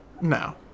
No